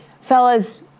Fellas